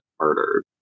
murdered